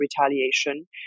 retaliation